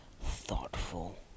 thoughtful